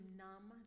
numb